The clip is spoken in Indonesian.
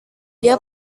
dia